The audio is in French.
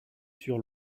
sur